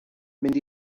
mynd